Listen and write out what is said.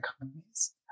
economies